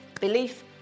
belief